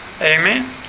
Amen